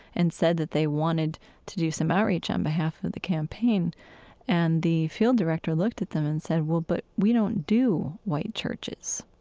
and said that they wanted to do some outreach on behalf of the campaign and the field director looked at them and said, well, but we don't do white churches.